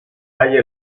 halla